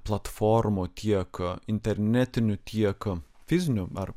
platformų tiek internetinių tiek fizinių ar